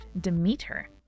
Demeter